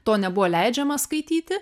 to nebuvo leidžiama skaityti